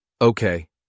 Okay